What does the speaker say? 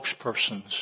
spokespersons